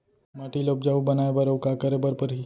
माटी ल उपजाऊ बनाए बर अऊ का करे बर परही?